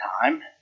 time